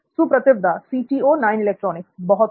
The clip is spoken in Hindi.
सुप्रतिव दास बहुत खूब